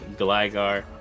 Gligar